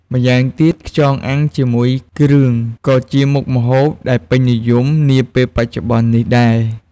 ម៉្យាងទៀត ខ្យងអាំងជាមួយគ្រឿងក៏ជាមុខម្ហូបដែលពេញនិយមនាពេលបច្ចុប្បន្ននេះដែរ។